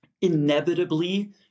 inevitably